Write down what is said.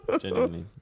genuinely